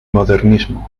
modernismo